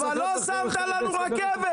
אבל לא שמת לנו רכבת.